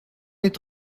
est